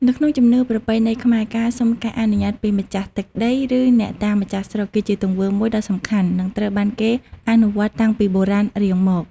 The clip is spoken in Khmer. នៅក្នុងជំនឿប្រពៃណីខ្មែរ ការសុំការអនុញ្ញាតពីម្ចាស់ទឹកដី ឬអ្នកតាម្ចាស់ស្រុក គឺជាទង្វើមួយដ៏សំខាន់ និងត្រូវបានគេអនុវត្តតាំងពីបុរាណរៀងមក។